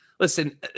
listen